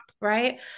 Right